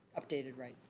updated right.